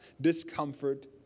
discomfort